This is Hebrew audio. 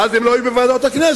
ואז הם לא יהיו בוועדות הכנסת,